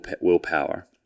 willpower